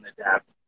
adapt